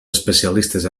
especialistes